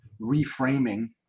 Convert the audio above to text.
reframing